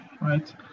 right